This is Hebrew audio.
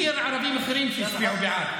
אני מכיר ערבים אחרים שהצביעו בעד.